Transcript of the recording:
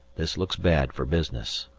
this looks bad for business.